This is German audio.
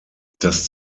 das